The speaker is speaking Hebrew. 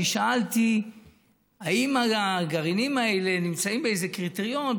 אני שאלתי אם הגרעינים האלה נמצאים באיזה קריטריון,